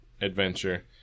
adventure